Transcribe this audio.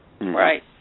Right